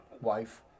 wife